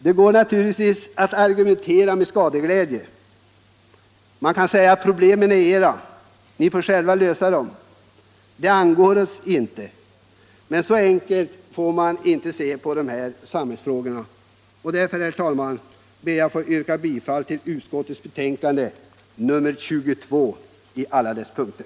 Det går naturligtvis att argumentera med skadeglädje och säga: Problemen är era. Ni får själva lösa dem. De angår inte oss. Men så enkelt får man inte se på dessa samhällsfrågor. Därför, herr talman, ber jag att få yrka bifall till civilutskottets betänkande nr 22 i alla dess punkter.